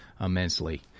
immensely